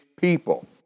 people